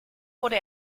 wurde